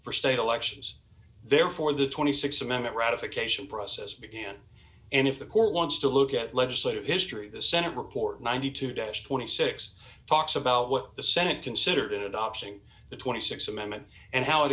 for state elections therefore the th amendment ratification process began and if the court wants to look at legislative history the senate report ninety two day twenty six talks about what the senate considered in adopting the twenty six amendment and how it